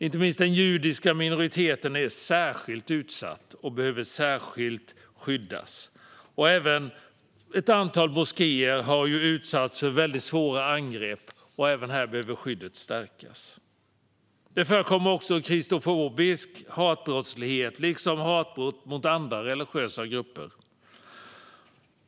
Inte minst den judiska minoriteten är särskilt utsatt och behöver särskilt skyddas. Även ett antal moskéer har utsatts för mycket svåra angrepp. Även här behöver skyddet stärkas. Det förekommer också kristofobisk hatbrottslighet liksom hatbrott mot andra religiösa grupper.